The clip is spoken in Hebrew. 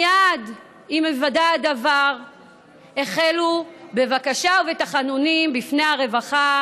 מייד עם היוודע הדבר החלו בבקשה ובתחנונים בפני הרווחה